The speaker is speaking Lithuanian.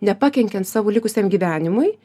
nepakenkiant savo likusiam gyvenimui